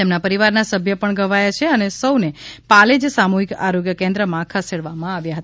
તેમના પરિવાર નાં સભ્ય પણ ઘવાયા છે અને સૌને પાલેજ સામુહિક આરોગ્ય કેન્દ્ર માં ખસેડવામાં આવ્યા હતા